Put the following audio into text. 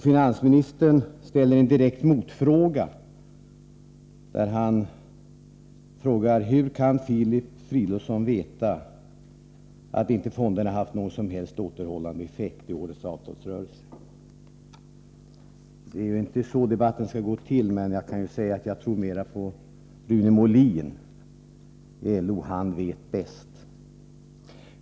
Finansministern ställer en direkt motfråga: Hur kan Filip Fridolfsson veta att inte fonderna haft någon som helst återhållande effekt i årets avtalsrörelse? Det är ju inte så här debatten skall gå till, men jag kan väl säga att jag tror mera på Rune Molin i LO än på finansministern — han vet nog bäst.